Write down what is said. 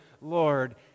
Lord